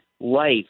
life